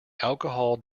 alcohol